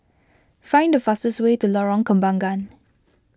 find the fastest way to Lorong Kembangan